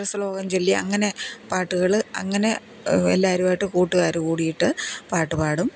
അക്ഷരശ്ലോകം ചൊല്ലി അങ്ങനെ പാട്ടുകള് അങ്ങനെ എല്ലാവരുമായിട്ട് കുട്ടുകാര് കൂടിയിട്ട് പാട്ടുപാടും